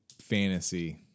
fantasy